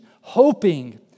hoping